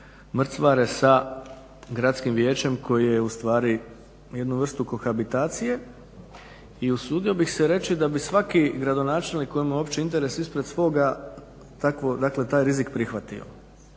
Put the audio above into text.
mrcvare sa gradskim vijećem koje je ustvari jednu vrst kohabitacije, i usudio bih se reći da bi svaki gradonačelnik kojemu je opći interes ispred svoga takvo, dakle taj rizik prihvatio,